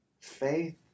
faith